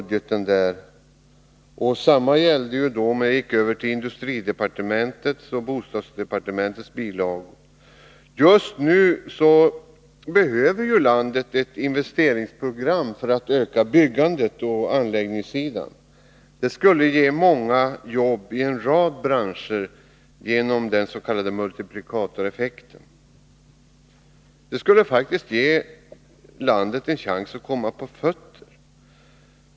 Detsamma hände när jag gick över till industridepartementets och bostadsdepartementets bilagor. Just nu behöver landet ett investeringsprogram för att öka byggandet och utveckla anläggningssidan. Det skulle ge många jobb i en rad branscher genom den s.k. multiplikatoreffekten. Det skulle faktiskt ge landet en chans att komma på fötter.